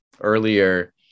earlier